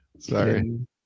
Sorry